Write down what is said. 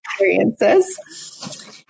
experiences